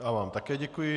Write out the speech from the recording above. Já vám také děkuji.